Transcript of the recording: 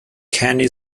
candy